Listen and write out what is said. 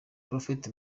prophet